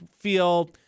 feel